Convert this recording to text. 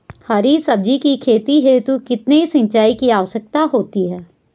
हरी सब्जी की खेती हेतु कितने सिंचाई की आवश्यकता होती है?